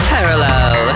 Parallel